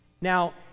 Now